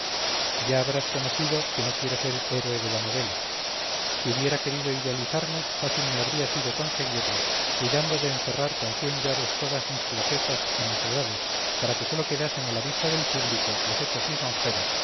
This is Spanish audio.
ya habrás conocido que no quiero ser héroe de novela si hubiera querido idealizarme fácil me habría sido conseguirlo cuidando de encerrar con cien llaves todas mis flaquezas y necedades para que sólo quedasen a la vista del público los hechos lisonjeros